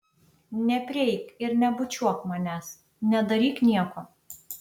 neprieik ir nebučiuok manęs nedaryk nieko